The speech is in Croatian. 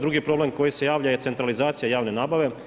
Drugi problem koji se javlja je centralizacija javne nabave.